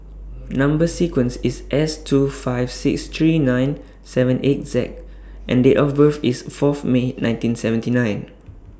Number sequence IS S two five six three nine seven eight Z and Date of birth IS Fourth May nineteen seventy nine